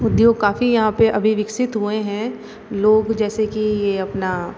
उद्योग काफ़ी यहाँ पर अभी विकसित हुए हैं लोग जैसे कि ये अपना